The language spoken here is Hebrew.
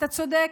אתה צודק,